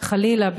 חלילה,